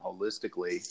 holistically